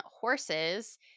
horses